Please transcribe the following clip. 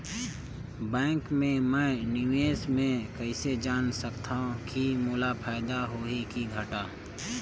Bank मे मैं निवेश मे कइसे जान सकथव कि मोला फायदा होही कि घाटा?